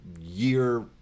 year